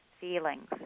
feelings